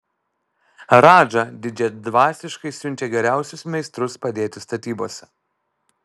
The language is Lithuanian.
radža didžiadvasiškai siunčia geriausius meistrus padėti statybose